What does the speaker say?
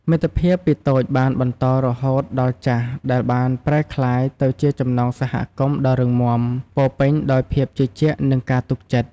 មិត្តភាពពីតូចបានបន្តរហូតដល់ចាស់ដែលបានប្រែក្លាយទៅជាចំណងសហគមន៍ដ៏រឹងមាំពោរពេញដោយភាពជឿជាក់និងការទុកចិត្ត។